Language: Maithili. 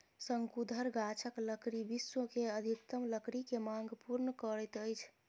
शंकुधर गाछक लकड़ी विश्व के अधिकतम लकड़ी के मांग पूर्ण करैत अछि